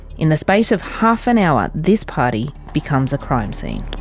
in the space of half an hour this party becomes a crime scene.